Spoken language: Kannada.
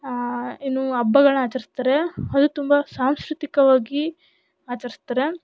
ಏನು ಹಬ್ಬಗಳ್ನ ಆಚರ್ಸ್ತಾರೆ ಅದು ತುಂಬ ಸಾಂಸ್ಕೃತಿಕವಾಗಿ ಆಚರ್ಸ್ತಾರೆ